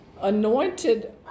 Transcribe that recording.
anointed